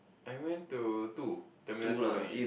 I went to two Terminal two only